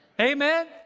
Amen